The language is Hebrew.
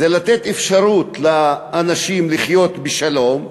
זה לתת אפשרות לאנשים לחיות בשלום,